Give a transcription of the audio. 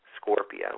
Scorpio